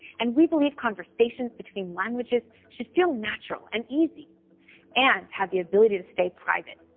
and we believe conversations between languages should feel natural and easy and have the ability to stay private.